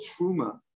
truma